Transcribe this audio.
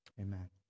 amen